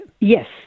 Yes